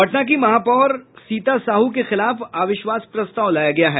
पटना की महापौर सीता साहू के खिलाफ अविश्वास प्रस्ताव लाया गया है